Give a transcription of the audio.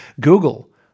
Google